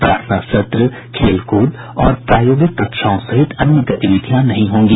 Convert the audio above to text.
प्रार्थना सत्र खेलकूद और प्रायोगिक कक्षाओं सहित अन्य गतिविधियां नहीं होंगी